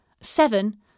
Seven